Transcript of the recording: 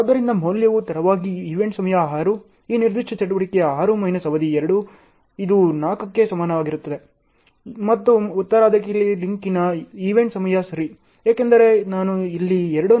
ಆದ್ದರಿಂದ ಮೌಲ್ಯವು ತಡವಾಗಿ ಈವೆಂಟ್ ಸಮಯ 6 ಈ ನಿರ್ದಿಷ್ಟ ಚಟುವಟಿಕೆಯ 6 ಮೈನಸ್ ಅವಧಿ 2 ಇದು 4 ಕ್ಕೆ ಸಮಾನವಾಗಿರುತ್ತದೆ ಮತ್ತು ಉತ್ತರಾಧಿಕಾರಿ ಲಿಂಕ್ನ ಈವೆಂಟ್ ಸಮಯ ಸರಿ ಏಕೆಂದರೆ ನಾನು ಇಲ್ಲಿ 2 ಅನ್ನು ಹೊಂದಿದ್ದೇನೆ ಆದ್ದರಿಂದ 2